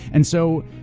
and so,